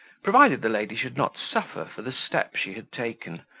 provided the lady should not suffer for the step she had taken,